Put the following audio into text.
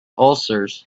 ulcers